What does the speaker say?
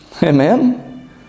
Amen